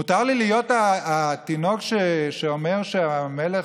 מותר לי להיות התינוק שאומר שהמלך,